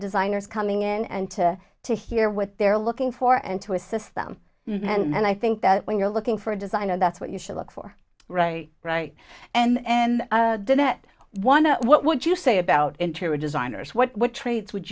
designers coming in and to to hear what they're looking for and to assist them and i think that when you're looking for a designer that's what you should look for right right and did that one what would you say about interior designers what traits would